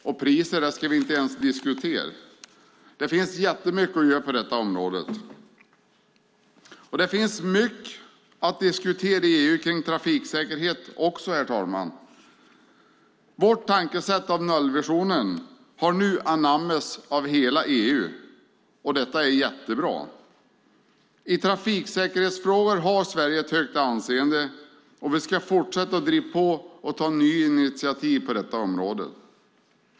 Och priset ska vi inte ens diskutera. Det finns jättemycket att göra på det området. Det finns mycket att diskutera i EU kring trafiksäkerhet också. Vårt tankesätt rörande nollvisionen har nu anammats av hela EU, och detta är jättebra. I trafiksäkerhetsfrågor har Sverige ett högt anseende, och vi ska fortsätta driva på och ta nya initiativ på detta område.